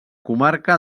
comarca